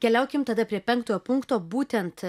keliaukim tada prie penktojo punkto būtent